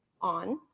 on